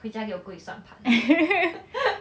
回家给我跪算盘